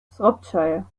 shropshire